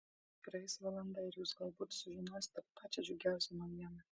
praeis valanda ir jūs galbūt sužinosite pačią džiugiausią naujieną